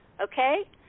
Okay